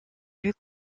plus